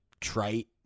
trite